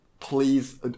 Please